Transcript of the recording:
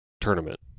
tournament